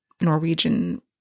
Norwegian